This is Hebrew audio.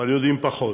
אבל יודעים פחות.